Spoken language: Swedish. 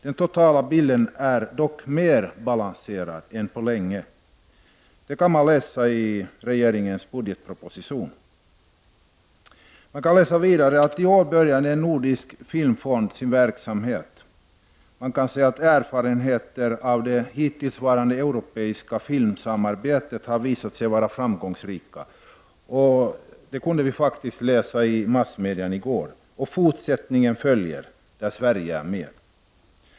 Den totala bilden är dock mer balanserad än på länge. Detta kan man läsa i regeringens budgetproposition. Man kan vidare läsa att i år börjar en nordisk filmfond sin verksamhet. Erfarenheterna har visat att det hittillsvarande europeiska filmsamarbetet har varit framgångsrikt. Detta kunde man faktiskt läsa om i massmedia i går. En fortsättning följer där Sverige är med.